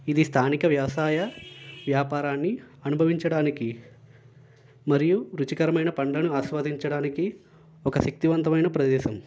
ఇది స్థానిక వ్యవసాయ వ్యాపారన్ని అనుభవించడానికి మరియు రుచికరమైన పండ్లను ఆస్వాదించడానికి ఒక శక్తివంతవంతమైన ప్రదేశం